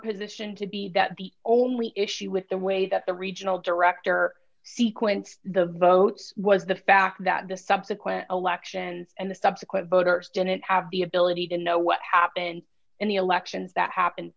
position to be that the only issue with the way that the regional director sequenced the vote was the fact that the subsequent elections and the subsequent voters didn't have the ability to know what happened in the elections that happened